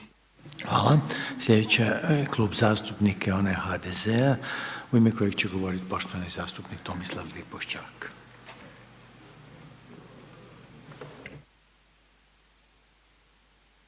Hvala. Slijedeći Klub zastupnika je onaj HDZ-a u ime kojeg će govorit poštovani zastupnik Tomislav Lipošćak.